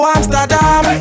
Amsterdam